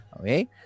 Okay